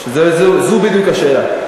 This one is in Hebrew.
זו בדיוק השאלה.